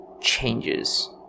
changes